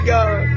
God